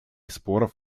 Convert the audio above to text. споров